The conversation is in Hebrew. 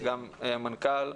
גם המנכ"ל.